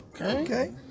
Okay